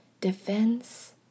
defense